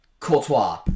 Courtois